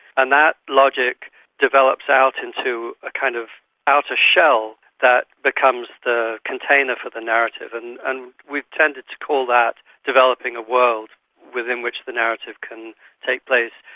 and that logic develops out into a kind of outer shell that becomes the container for the narrative, and and we've tended to call that developing a world within which the narrative can take place,